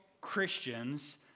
Christians